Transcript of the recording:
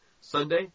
Sunday